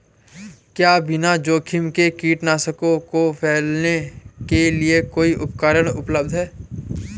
क्या बिना जोखिम के कीटनाशकों को फैलाने के लिए कोई उपकरण उपलब्ध है?